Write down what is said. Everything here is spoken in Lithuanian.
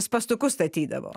spąstukus statydavo